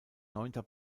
neunter